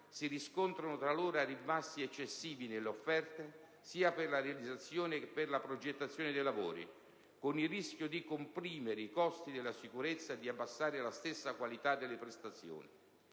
si riscontrano talora ribassi eccessivi nelle offerte sia per la realizzazione che per la progettazione dei lavori, con il rischio di comprimere i costi della sicurezza e di abbassare la stessa qualità delle prestazioni.